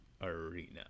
Arena